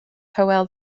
hywel